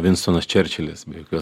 vinstonas čerčilis be jokios